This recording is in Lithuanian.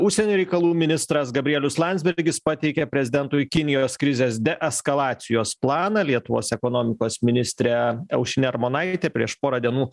užsienio reikalų ministras gabrielius landsbergis pateikė prezidentui kinijos krizės deeskalacijos planą lietuvos ekonomikos ministrė aušrinė armonaitė prieš porą dienų